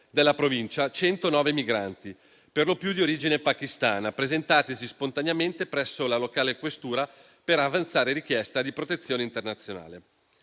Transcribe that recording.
della provincia 109 migranti, per lo più di origine pakistana, presentatisi spontaneamente presso la locale questura per avanzare richiesta di protezione internazionale.